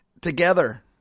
together